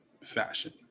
fashion